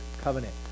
covenant